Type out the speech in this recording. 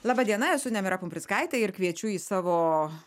laba diena esu nemira pumprickaitė ir kviečiu į savo